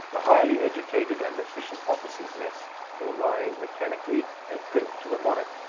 the highly educated and efficient officers' mess will rise mechanically and drink to the monarch,